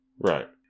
Right